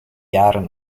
jaren